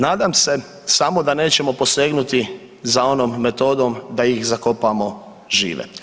Nadam se samo da nećemo posegnuti za onom metodom da ih zakopamo žive.